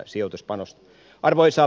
arvoisa puhemies